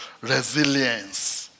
resilience